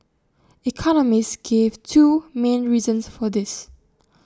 economists gave two main reasons for this